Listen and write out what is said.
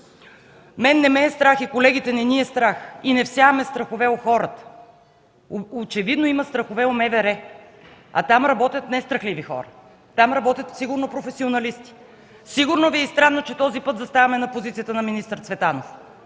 мен не ме е страх и колегите не ги е страх, и не всяваме страхове у хората. Очевидно има страхове у МВР, а там работят не страхливи хора. Там работят сигурно професионалисти. Сигурно Ви е странно, че този път заставаме на позицията на министър Цветанов.